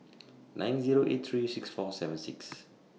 nine Zero eight three six four seven six